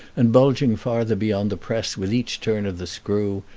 and bulging farther beyond the press with each turn of the screw,